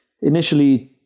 initially